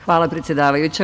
Hvala, predsedavajuća.